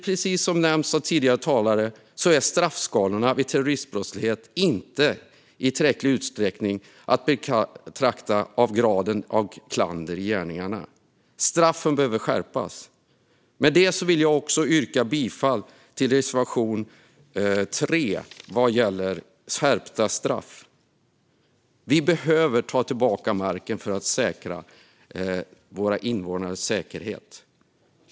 Precis som har nämnts av tidigare talare beaktas i straffskalorna vid terroristbrottslighet inte i tillräcklig utsträckning graden av klander i gärningarna. Straffen behöver skärpas. Med detta vill jag yrka bifall till reservation 3 vad gäller skärpta straff. Vi behöver ta tillbaka marken för att säkra våra invånares säkerhet.